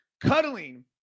cuddling